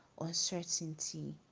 uncertainty